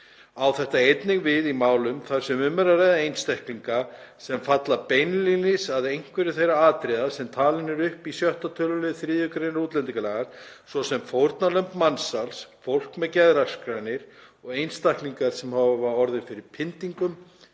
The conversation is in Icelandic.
Á þetta einnig við í málum þar sem um er að ræða einstaklinga sem falla beinlínis að einhverju þeirra atriða sem talin eru upp í 6. tölul. 3. gr. útl., svo sem fórnarlömb mansals, fólk með geðraskanir og einstaklingar sem hafa orðið fyrir pyndingum,